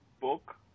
book